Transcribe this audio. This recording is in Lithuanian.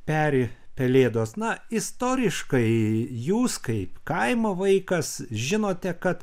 peri pelėdos na istoriškai jūs kaip kaimo vaikas žinote kad